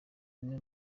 bimwe